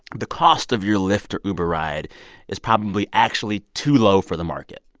the cost of your lyft or uber ride is probably actually too low for the market.